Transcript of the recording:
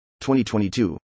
2022